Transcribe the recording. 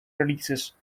releases